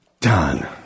done